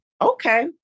Okay